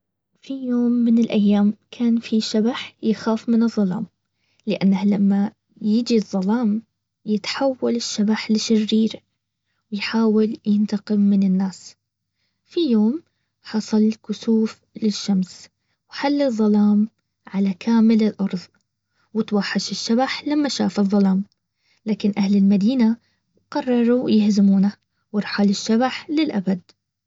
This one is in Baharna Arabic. في يوم من الايام كان في شبح يخاف من الظلام. لانه لما يجي الظلام يتحول الشبح لشرير. ويحاول ينتقم من الناس. في يوم حصل كسوف للشمس وحل الظلام على كامل الارز. وتوحش شبح لما شاف الظلام. لكن اهل المدينة قرروا يهزمونه ورحل الشبح للابد